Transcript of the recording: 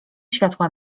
światła